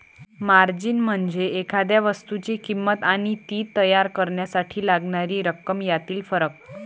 margin म्हणजे एखाद्या वस्तूची किंमत आणि ती तयार करण्यासाठी लागणारी रक्कम यातील फरक